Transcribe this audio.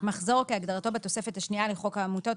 "מחזור" כהגדרתו בתוספת השנייה לחוק העמותות,